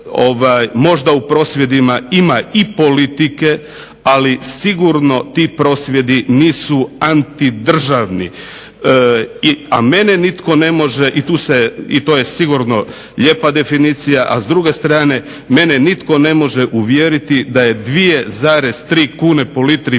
Možda u prosvjedima ima i politike, ali sigurno ti prosvjedi nisu antidržavni, a mene nitko ne može i tu se i to je sigurno lijepa definicija, s druge strane mene nitko ne može uvjeriti da je 2,3 kune po litri mlijeka